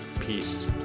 peace